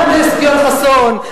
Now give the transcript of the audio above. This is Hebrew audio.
חבר הכנסת יואל חסון,